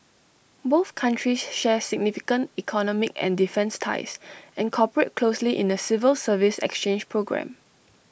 both countries share significant economic and defence ties and cooperate closely in A civil service exchange programme